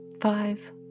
five